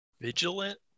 Vigilant